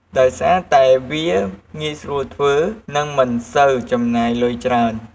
ដោយសារតែវាងាយស្រួលធ្វើ និងមិនសូវចំណាយលុយច្រើន។